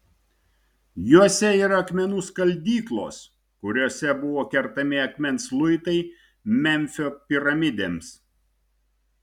juose yra akmenų skaldyklos kuriose buvo kertami akmens luitai memfio piramidėms